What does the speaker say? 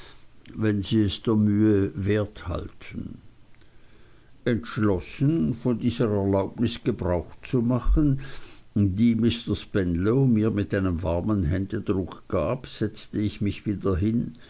wenn sie es der mühe wert halten entschlossen von dieser erlaubnis gebrauch zu machen die mr spenlow mir mit einem warmen händedruck gab setzte ich mich wieder hin